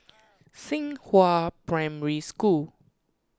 Xinghua Primary School